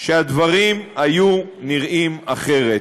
שהדברים היו נראים אחרת.